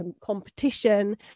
competition